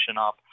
up